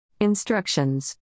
Instructions